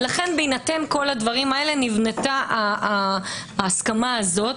בהינתן כל הדברים האלה נבנתה ההסכמה הזאת,